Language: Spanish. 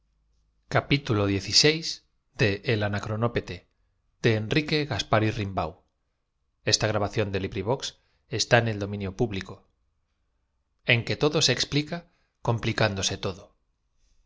que se en que todo se explica complicándose todo